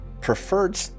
preferred